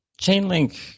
Chainlink